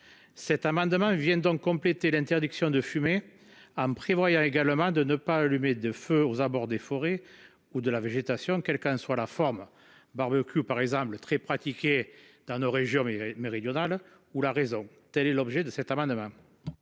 Cet amendement viennent donc compléter l'interdiction de fumer. En prévoit il y a également de ne pas allumer de feux aux abords des forêts ou de la végétation, quel qu'en soit la forme barbecue par exemple très pratiqué dans nos régions Mireille méridionale où la raison. Telle est l'objet de cet amendement.